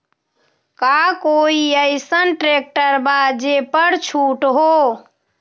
का कोइ अईसन ट्रैक्टर बा जे पर छूट हो?